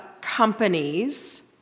companies